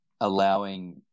allowing